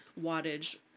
wattage